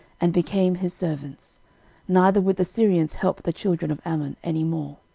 and became his servants neither would the syrians help the children of ammon any more.